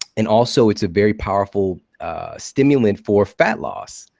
and also, it's a very powerful stimulant for fat loss,